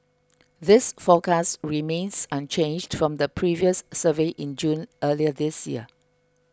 this forecast remains unchanged from the previous survey in June earlier this year